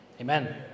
Amen